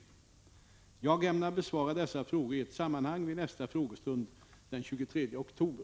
Jag ämnar besvara dessa frågor i ett sammanhang vid nästa frågestund, den 23 oktober.